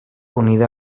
unida